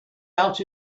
out